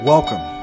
Welcome